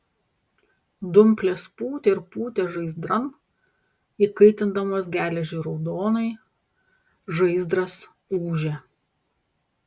dumplės pūtė ir pūtė žaizdran įkaitindamos geležį raudonai žaizdras ūžė